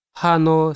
Hano